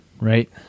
right